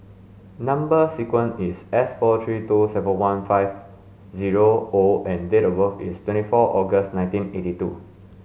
number sequence is S four three two seven one five zero O and date of birth is twenty four August nineteen eighty two